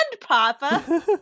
Papa